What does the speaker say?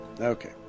Okay